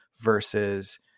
versus